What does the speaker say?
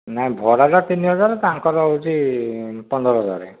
ନାଇଁ ଭଡ଼ାଟା ତିନି ହଜାର ତାଙ୍କର ହେଉଛି ପନ୍ଦର ହଜାର